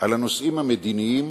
על הנושאים המדיניים